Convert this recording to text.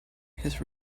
his